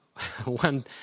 One